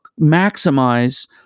maximize